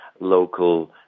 local